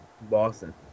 Boston